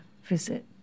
visit